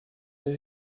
der